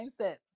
mindset